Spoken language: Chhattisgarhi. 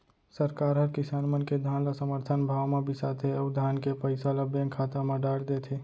सरकार हर किसान मन के धान ल समरथन भाव म बिसाथे अउ धान के पइसा ल बेंक खाता म डार देथे